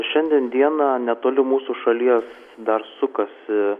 šiandien dieną netoli mūsų šalies dar sukasi